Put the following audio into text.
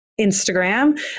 Instagram